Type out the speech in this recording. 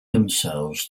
themselves